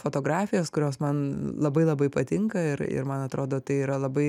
fotografijos kurios man labai labai patinka ir ir man atrodo tai yra labai